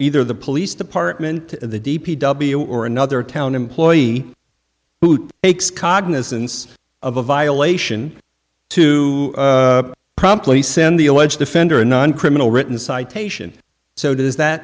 either the police department the d p w or another town employee who makes cognizance of a violation to promptly send the alleged offender a non criminal written citation so does that